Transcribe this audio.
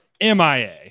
MIA